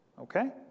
Okay